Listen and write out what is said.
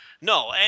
No